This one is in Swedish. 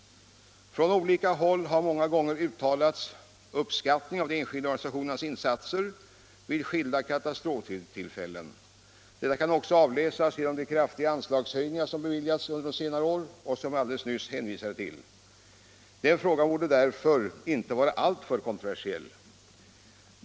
Från olika håll har många gånger uttalats uppskattning av de enskilda organisationernas insatser vid skilda katastroftillfällen. Det kan också avläsas i de kraftiga anslagsökningar som beviljats under senare år och som jag alldeles nyss har hänvisat till. Den frågan borde därför inte vara alltför kontroversiell.